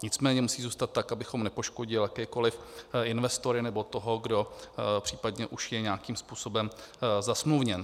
Nicméně musí zůstat tak, abychom nepoškodili jakékoli investory nebo toho, kdo případně už je nějakým způsobem zasmluvněn.